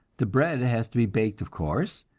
the bread has to be baked, of course,